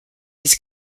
his